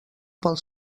pel